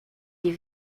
des